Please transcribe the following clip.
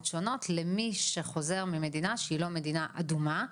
שונות למי שחוזר ממדינה שהיא לא מדינה אדומה,